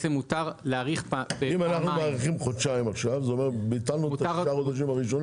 אם אנחנו מאריכים חודשיים, ביטלנו את הראשונים.